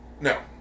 No